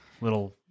little